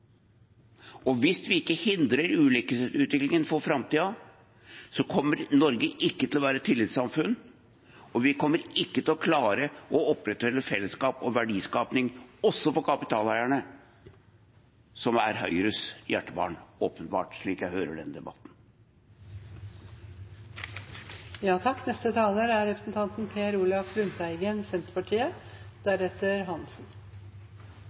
Hvis vi ikke hindrer ulikhetsutviklingen for framtiden, kommer ikke Norge til å være et tillitssamfunn, og vi kommer heller ikke til å klare å opprettholde fellesskap og verdiskaping for kapitaleierne, som er Høyres hjertebarn, åpenbart, slik jeg hører denne debatten. Perspektivmeldingen – tidligere regjeringas langtidsprogram – er